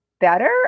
better